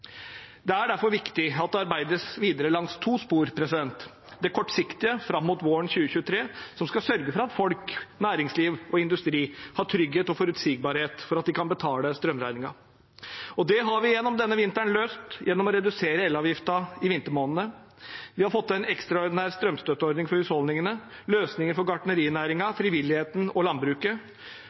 Det er derfor viktig at det arbeides videre langs to spor. Det kortsiktige, fram mot våren 2023, skal sørge for at folk, næringsliv og industri har trygghet og forutsigbarhet for at de kan betale strømregningen. Det har vi gjennom denne vinteren løst gjennom å redusere elavgiften i vintermånedene. Vi har fått til en ekstraordinær strømstøtteordning for husholdningene, og løsninger for gartnerinæringen, frivilligheten og landbruket.